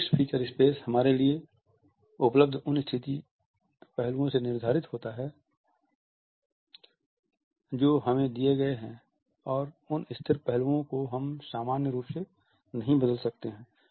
fixed feature space हमारे लिए उपलब्ध उन स्थिर पहलुओं से निर्धारित होता है जो हमें दिए गए हैं और उन स्थिर पहलुओं को हम सामान्य रूप से नहीं बदल सकते हैं